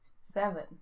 seven